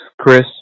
Chris